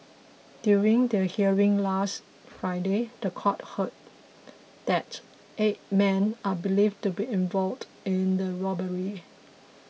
during the hearing last Friday the court heard that eight men are believed to be involved in the robbery